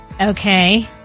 Okay